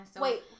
Wait